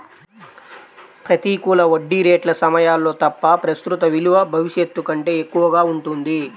ప్రతికూల వడ్డీ రేట్ల సమయాల్లో తప్ప, ప్రస్తుత విలువ భవిష్యత్తు కంటే ఎక్కువగా ఉంటుంది